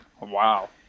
wow